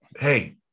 hey